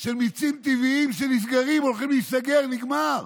של מיצים טבעיים שנסגרים, הולכים להיסגר, נגמר.